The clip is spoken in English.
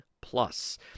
plus